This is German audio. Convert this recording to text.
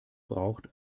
braucht